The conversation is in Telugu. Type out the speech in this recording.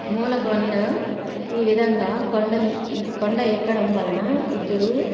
మూలకోనలో ఈ విధంగా కొండ కొండ ఎక్కడం వలన ఇద్దరు